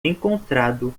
encontrado